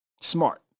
Smart